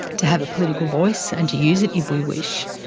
to have a political voice and to use it if we wish.